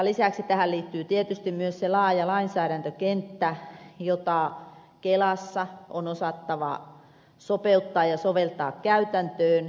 lisäksi tähän liittyy tietysti myös se laaja lainsäädäntökenttä jota kelassa on osattava sopeuttaa ja soveltaa käytäntöön